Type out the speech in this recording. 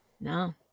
No